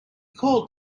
called